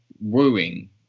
wooing